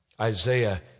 Isaiah